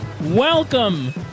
welcome